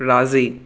राज़ी